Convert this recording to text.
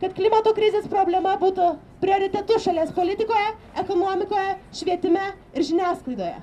kad klimato krizės problema būtų prioritetu šalies politikoje ekonomikoje švietime ir žiniasklaidoje